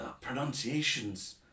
pronunciations